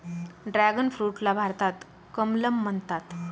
dragon फ्रूटला भारतात कमलम म्हणतात